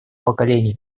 поколений